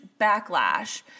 backlash